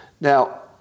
Now